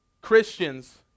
Christians